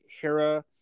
Hera